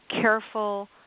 careful